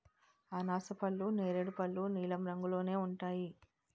అనాసపళ్ళు నేరేడు పళ్ళు నీలం రంగులోనే ఉంటాయి